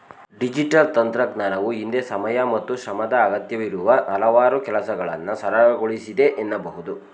digital ತಂತ್ರಜ್ಞಾನವು ಹಿಂದೆ ಸಮಯ ಮತ್ತು ಶ್ರಮದ ಅಗತ್ಯವಿರುವ ಹಲವಾರು ಕೆಲಸಗಳನ್ನ ಸರಳಗೊಳಿಸಿದೆ ಎನ್ನಬಹುದು